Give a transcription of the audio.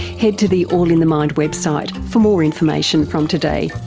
head to the all in the mind website for more information from today.